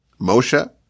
Moshe